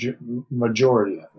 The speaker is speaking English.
majority